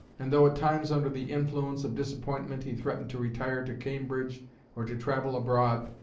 and though at times under the influence of disappointment he threatened to retire to cambridge or to travel abroad,